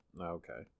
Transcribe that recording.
Okay